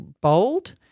bold